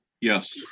Yes